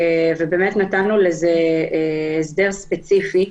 ובאמת נתנו לזה הסדר ספציפי.